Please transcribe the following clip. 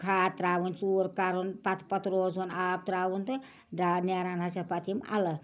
کھاد تراوٕنۍ ژوٗر کَرُن پتہٕ پتہٕ روزُن آب تراوُن تہٕ دراو نٮ۪ران حظ چھےٚ پتہٕ یِم اَلہٕ